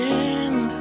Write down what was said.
end